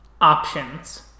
options